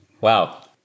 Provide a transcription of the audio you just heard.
Wow